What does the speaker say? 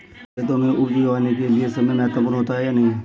खेतों में उपज उगाने के लिये समय महत्वपूर्ण होता है या नहीं?